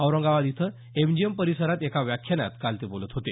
औरंगाबाद इथं एमजीएम परीसरात एका व्याख्यानात काल ते बोलत होते